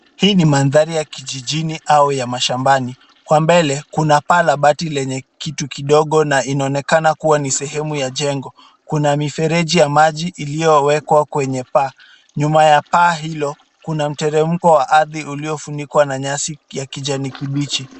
Hii ni mandhari ya kijijini au ya mashambani. Kwa mbele kuna paa la bati lenye kitu kidogo na inaonekana kuwa ni sehemu ya jengo. Kuna mifereji ya maji iliyowekwa kwenye paa. Nyuma ya paa hilo kuna mteremko wa ardhi uliofunikwa na nyasi ya kijani kibichi.